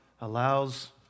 allows